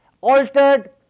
altered